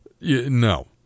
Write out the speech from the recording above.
no